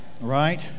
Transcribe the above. Right